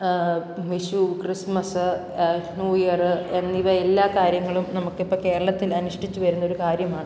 Vishu Christmas new year എന്നിവയെല്ലാം കാര്യങ്ങളും നമുക്കിപ്പോൾ കേരളത്തില് അനുഷ്ഠിച്ച് വരുന്നൊരു കാര്യമാണ്